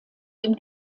dem